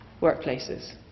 workplaces